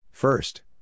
First